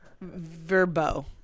verbo